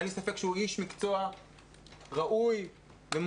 אין לי ספק שהוא איש מקצוע ראוי ומוכשר.